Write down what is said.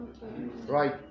right